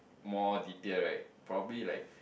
more detail right probably like